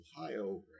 Ohio